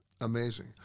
Amazing